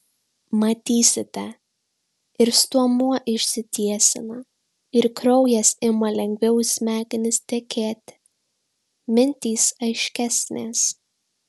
matysite ir stuomuo išsitiesina ir kraujas ima lengviau į smegenis tekėti mintys aiškesnės